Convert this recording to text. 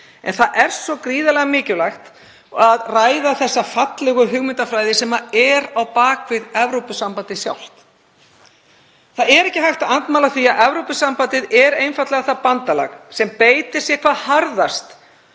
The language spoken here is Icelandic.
En það er svo gríðarlega mikilvægt að ræða þessa fallegu hugmyndafræði sem er á bak við Evrópusambandið sjálft. Það er ekki hægt að andmæla því að Evrópusambandið er einfaldlega það bandalag sem beitir sér hvað harðast